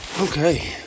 okay